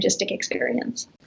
experience